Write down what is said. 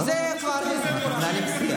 אנחנו מנהלים שיח.